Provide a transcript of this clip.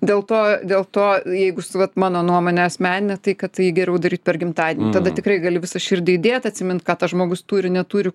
dėl to dėl to jeigu s vat mano nuomone asmenine tai kad tai geriau daryt per gimtadienį tada tikrai gali visą širdį įdėt atsimint ką tas žmogus turi neturi